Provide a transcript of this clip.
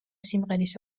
სიმღერის